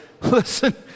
listen